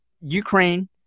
Ukraine